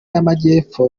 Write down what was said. y’amajyepfo